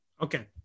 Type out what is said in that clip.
Okay